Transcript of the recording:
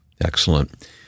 Excellent